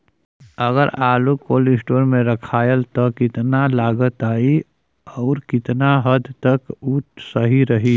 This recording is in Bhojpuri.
अगर आलू कोल्ड स्टोरेज में रखायल त कितना लागत आई अउर कितना हद तक उ सही रही?